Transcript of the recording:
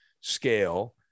scale